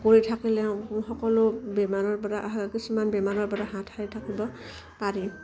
কৰি থাকিলে সকলো বেমাৰৰ পৰা কিছুমান বেমাৰৰ পৰা হাত সাৰি থাকিব পাৰি